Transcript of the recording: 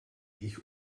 ich